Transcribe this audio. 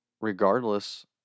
regardless